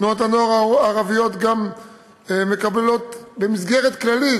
תנועות הנוער הערביות גם מקבלות במסגרת כללית